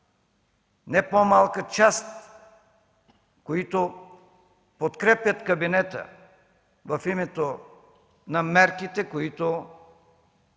не по-малка част, които подкрепят кабинета в името на мерките, които